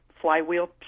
flywheel